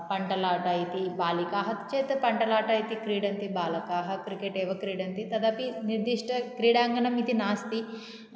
पण्टलाटा इति बालिकाः चेत् पण्टलाटा इति क्रीडन्ति बालकाः क्रिकेट् एव क्रीडन्ति तदपि निर्दिष्टक्रीडाङ्गणम् इति नास्ति